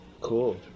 Cool